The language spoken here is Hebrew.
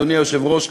אדוני היושב-ראש,